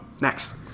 Next